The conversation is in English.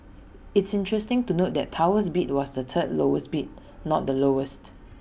it's interesting to note that Tower's bid was the third lowest bid not the lowest